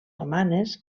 romanes